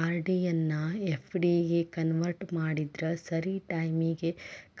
RD ಎನ್ನಾ FD ಗೆ convert ಮಾಡಿದ್ರ ಸರಿ ಟೈಮಿಗಿ